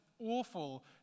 awful